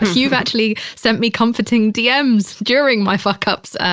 you've actually sent me comforting dms during my fuckups,